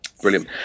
brilliant